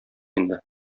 инде